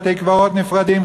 בתי-קברות נפרדים,